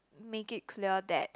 make it clear that